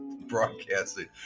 broadcasting